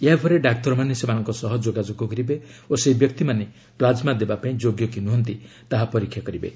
ଏହାପରେ ଡାକ୍ତରମାନେ ସେମାନଙ୍କ ସହ ଯୋଗାଯୋଗ କରିବେ ଓ ସେହି ବ୍ୟକ୍ତିମାନେ ପ୍ଲାଜ୍ମା ଦେବାପାଇଁ ଯୋଗ୍ୟ କି ନୁହନ୍ତି ତାହା ପରୀକ୍ଷା କରିବେ